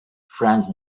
franz